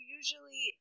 usually